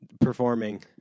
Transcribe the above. Performing